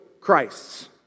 Christs